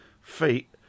feet